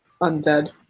undead